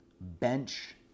bench